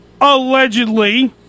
allegedly